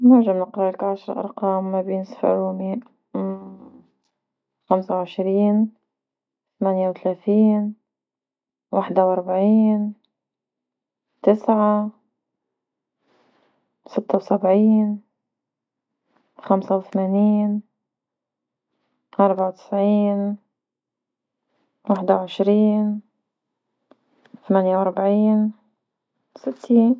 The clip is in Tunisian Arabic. نجم نقرالك عشرة أرقام ما بين سبعة مية خمسة وعشرين، ثمانية وثلاثين، واحد وأربعين، تسعة، ستة وسبعين، خمسة وثمانين، أربعة وتسعين، واحدة وعشرين، ثمانية وأربعين، ستين.